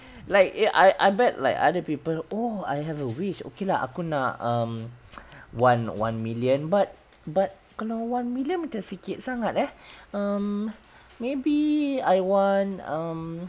like eh I I bet like other people oh I have a wish okay lah aku nak um one one million but but kalau one million macam sikit sangat ah um maybe I want um